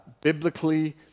Biblically